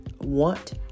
want